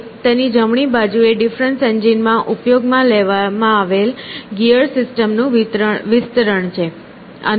અને તેની જમણી બાજુએ ડિફરન્સ એન્જિન માં ઉપયોગમાં લેવામાં આવેલ ગિયર સિસ્ટમ નું વિસ્તરણ છે